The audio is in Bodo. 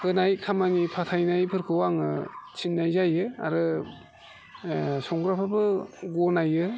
होनाय खामानि फाथायनायफोरखौ आं थिननाय जायो आरो संग्राफोरबो गनायो